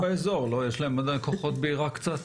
הם באזור, יש להם כוחות בעיראק קצת.